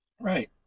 right